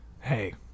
Hey